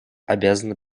обязано